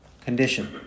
condition